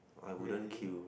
I wouldn't queue